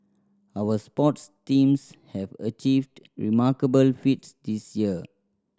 our sports teams have achieved remarkable feats this year